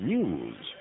News